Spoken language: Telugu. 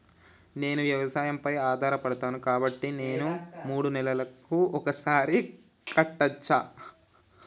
నేను వ్యవసాయం పై ఆధారపడతాను కాబట్టి నేను మూడు నెలలకు ఒక్కసారి కట్టచ్చా?